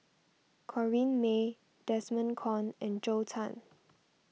Corrinne May Desmond Kon and Zhou Can